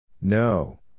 No